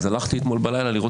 אז הלכתי אתמול בלילה לראות